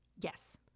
Yes